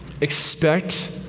expect